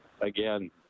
again